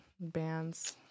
bands